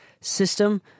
system